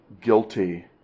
guilty